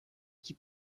qui